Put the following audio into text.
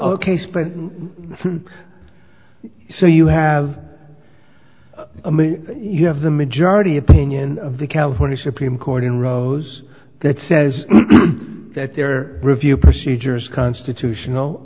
ok so you have you have the majority opinion of the california supreme court in rose that says that their review procedures constitutional